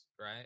right